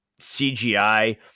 CGI